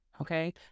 Okay